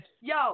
yo